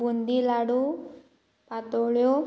बुंदी लाडू पातोळ्यो